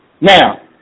now